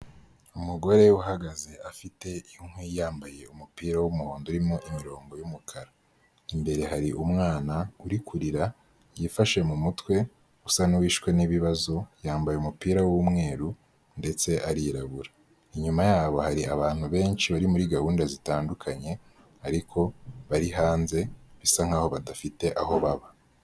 Umugore uhagaze afite inkwi yambaye umupira w'umuhondo urimo imirongo y'umukara, imbere hari umwana uri kurira yifashe mu mutwe, usa n'uwishwe n'ibibazo, yambaye umupira w'umweru, ndetse arirabura, inyuma yabo hari abantu benshi bari muri gahunda zitandukanye, ariko bari hanze bisa nkaho badafite aho baba.